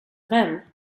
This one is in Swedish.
vän